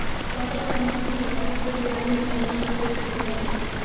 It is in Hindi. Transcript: ऑटो लोन की व्यवस्था से दिहाड़ी मजदूरों को बहुत सुविधा हुई है